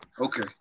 Okay